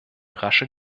rasche